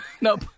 Nope